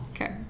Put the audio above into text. okay